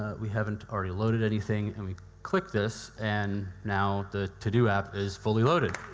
we haven't already loaded anything, and we click this, and now the to-do app is fully loaded.